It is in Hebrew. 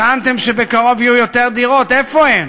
טענתם שבקרוב יהיו יותר דירות, איפה הן?